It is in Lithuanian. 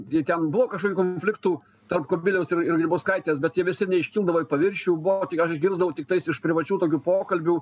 tai ten buvo kažkokių konfliktų tarp kubiliaus ir ir grybauskaitės bet jie visi neiškildavo į paviršių buvo tik aš išgirsdavau tiktais iš privačių tokių pokalbių